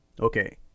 Okay